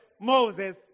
Moses